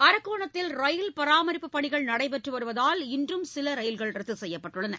அரக்கோணத்தில் ரயில் பராமரிப்புப் பணிகள் நடைபெற்று வருவதால் இன்றும் சில ரயில்கள் ரத்து செய்யப்பட்டுள்ளன